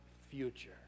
future